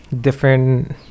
different